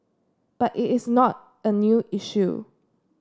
but it is not a new issue